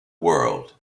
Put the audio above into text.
world